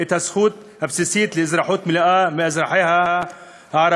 את הזכות הבסיסית לאזרחות מלאה מאזרחיה הערבים.